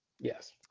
Yes